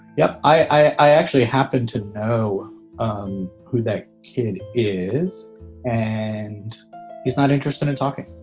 yeah, i actually happen to know um who that kid is and he's not interested in talking,